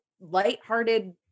lighthearted